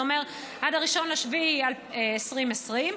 שזה אומר עד 1 ביולי 2020,